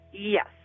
Yes